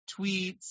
tweets